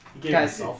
Guys